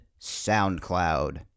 SoundCloud